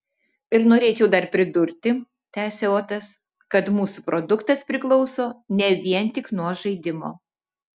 ir norėčiau dar pridurti tęsė otas kad mūsų produktas priklauso ne vien tik nuo žaidimo